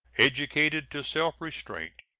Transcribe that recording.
educated to self-restraint,